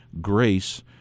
grace